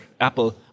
Apple